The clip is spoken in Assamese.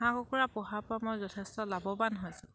হাঁহ কুকুৰা পোহাৰ পৰা মই যথেষ্ট লাভৱান হৈছোঁ